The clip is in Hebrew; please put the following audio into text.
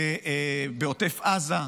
בעוטף עזה,